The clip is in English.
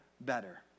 better